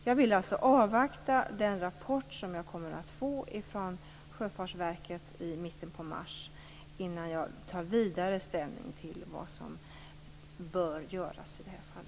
Jag vill alltså avvakta den rapport som jag kommer att få från Sjöfartsverket i mitten av mars innan jag tar vidare ställning till vad som bör göras i detta fall.